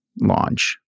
launch